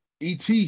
ET